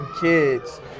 kids